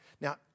Now